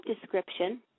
description